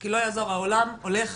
כי לא יעזור העולם הולך